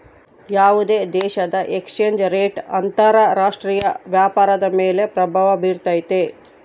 ಯಾವುದೇ ದೇಶದ exchange rate ಅಂತರ ರಾಷ್ಟ್ರೀಯ ವ್ಯಾಪಾರದ ಮೇಲೆ ಪ್ರಭಾವ ಬಿರ್ತೈತೆ